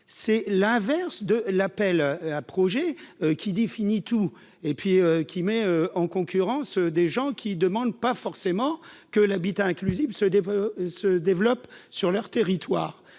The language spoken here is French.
c'est l'inverse de l'appel à projets qui définit tout et puis qui met en concurrence des gens qui demandent pas forcément que l'habitat inclusif se développe, se développe sur leur territoire,